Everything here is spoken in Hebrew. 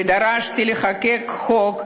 ודרשתי לחוקק חוק,